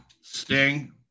Sting